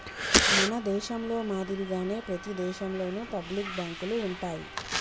మన దేశంలో మాదిరిగానే ప్రతి దేశంలోను పబ్లిక్ బాంకులు ఉంటాయి